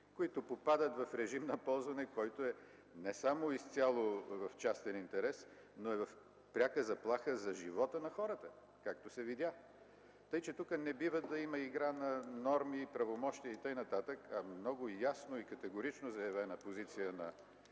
които попадат в режим на ползване, който е не само и изцяло в частен интерес, но и в пряка заплаха за живота на хората, както се видя. Така че тук не бива да има игра на норми, правомощия и така нататък, а много ясно и категорично заявена позиция на